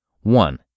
One